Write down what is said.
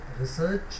research